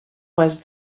was